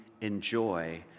enjoy